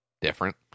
Different